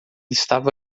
estava